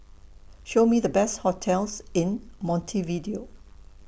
Show Me The Best hotels in Montevideo